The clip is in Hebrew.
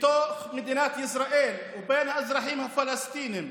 בתוך מדינת ישראל מהאזרחים הפלסטינים